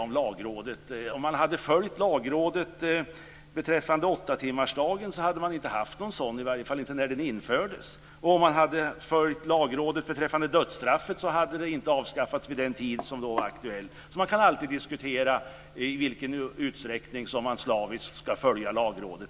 Om man hade följt Lagrådet beträffande åttatimmarsdagen hade man inte haft någon sådan, i varje fall inte när den infördes. Om man hade följt Lagrådet beträffande dödsstraffet hade det inte avskaffats vid den tid som var aktuell. Man kan alltid diskutera i vilken utsträckning man slaviskt ska följa Lagrådet.